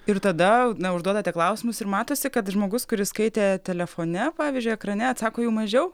ir tada na užduodate klausimus ir matosi kad žmogus kuris skaitė telefone pavyzdžiui ekrane atsako jau mažiau